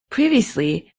previously